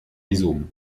rhizome